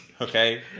Okay